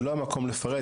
זה לא המקום לפרט.